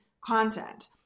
content